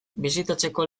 bisitatzeko